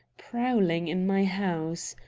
prowling in my house.